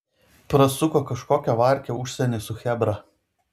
prasuko kažkokią varkę užsieny su chebra